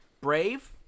Brave